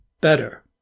better